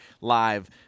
live